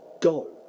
Go